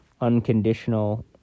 unconditional